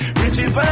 riches